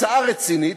הצעה רצינית,